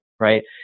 right